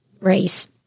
race